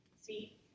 See